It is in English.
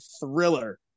thriller